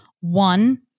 one